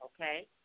okay